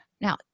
Now